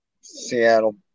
Seattle